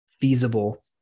feasible